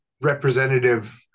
representative